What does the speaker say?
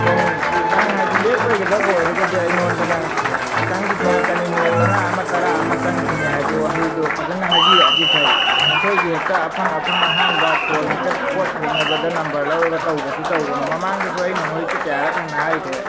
ꯅꯪ ꯈꯤꯇꯪ ꯍꯥꯏꯗꯤ ꯂꯦꯠ ꯑꯣꯏꯒꯗꯕ ꯑꯣꯏꯔꯗꯤ ꯑꯩꯉꯣꯟꯗ ꯅꯪ ꯈꯤꯇꯪꯗꯤ ꯊꯦꯡꯉꯛꯀꯅꯤ ꯃꯤꯅꯠ ꯃꯉꯥ ꯑꯃ ꯇꯥꯔꯥ ꯑꯃ ꯆꯪꯈꯤꯅꯤ ꯍꯥꯏꯕ ꯋꯥꯍꯩꯗꯣ ꯐꯖꯅ ꯍꯥꯏꯕꯤꯔꯛꯑꯗꯤ ꯐꯩ ꯅꯈꯣꯏꯒꯤ ꯍꯦꯛꯇ ꯑꯐꯪ ꯑꯐꯪ ꯑꯍꯥꯟꯕ ꯐꯣꯜ ꯍꯦꯛꯇ ꯄꯣꯠ ꯊꯦꯡꯅꯕꯗ ꯅꯝꯕꯔ ꯂꯧꯔꯒ ꯇꯧꯕꯁꯤ ꯇꯧꯒꯅꯣ ꯃꯃꯥꯡꯗꯁꯨ ꯑꯩꯅ ꯅꯣꯏꯁꯤ ꯀꯌꯥꯔꯛ ꯍꯥꯟꯅ ꯍꯥꯏꯈ꯭ꯔꯦ